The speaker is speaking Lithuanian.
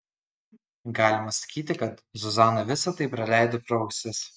galima sakyti kad zuzana visa tai praleido pro ausis